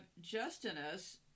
Justinus